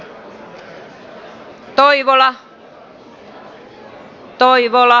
vaalitoimitus alkoi